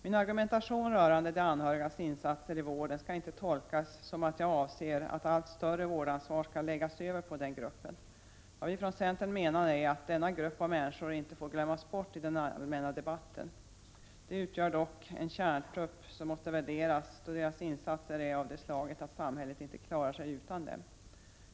Min argumentation rörande de anhörigas insatser i vården skall inte tolkas så att jag avser att allt större vårdansvar skall läggas över på den gruppen. Vad vi ifrån centern menar är att denna grupp av människor inte får glömmas bort i den allmänna debatten. De utgör ändå en kärntrupp som måste värderas, då deras insatser är av det slaget att samhället inte klarar sig utan dem.